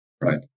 Right